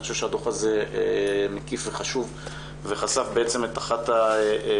אני חושב שהדו"ח הזה מקיף וחשוב וחשף בעצם את אחת הבעיות